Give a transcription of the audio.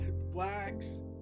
Blacks